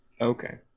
Okay